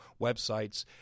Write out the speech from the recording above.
websites